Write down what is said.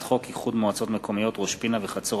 חוק איחוד מועצות מקומיות ראש-פינה וחצור-הגלילית,